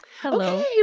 Hello